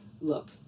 Look